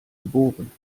geboren